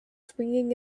swinging